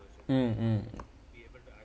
mm mm